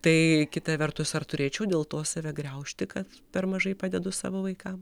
tai kita vertus ar turėčiau dėl to save graužti kad per mažai padedu savo vaikam